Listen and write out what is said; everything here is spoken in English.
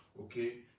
Okay